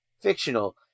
fictional